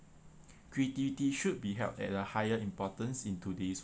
creativity should be held at a higher importance in today's